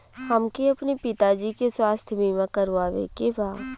हमके अपने पिता जी के स्वास्थ्य बीमा करवावे के बा?